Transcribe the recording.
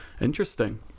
Interesting